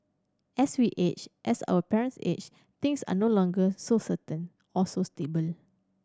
as we age as our parents age things are no longer so certain or so stable